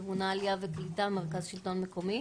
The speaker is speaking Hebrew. ממונת עלייה וקליטה במרכז השלטון המקומי.